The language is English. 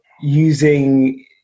using